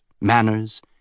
manners